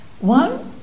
One